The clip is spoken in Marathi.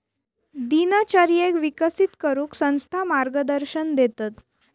दिनचर्येक विकसित करूक संस्था मार्गदर्शन देतत